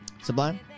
Sublime